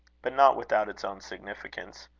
but not without its own significance.